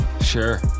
sure